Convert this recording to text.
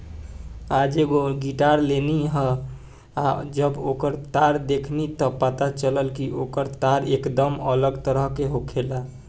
आज एगो गिटार लेनी ह आ जब ओकर तार देखनी त पता चलल कि ओकर तार एकदम अलग तरह के होखेला